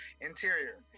Interior